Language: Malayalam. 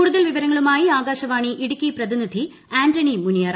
കൂടുതൽ വിവരങ്ങളുമായി ആകാശവാണി ഇടുക്കി പ്രതിനിധി ആന്റണി മുനിയറ